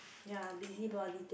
ya busybody thing